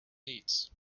pits